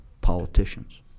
politicians